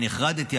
נחרדתי.